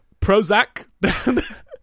prozac